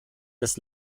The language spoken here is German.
des